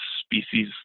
species